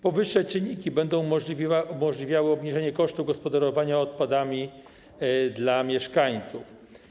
Powyższe czynniki będą umożliwiały obniżenie kosztu gospodarowania odpadami dla mieszkańców.